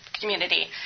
community